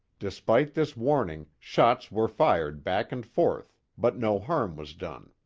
despite this warning, shots were fired back and forth, but no harm was done.